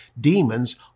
demons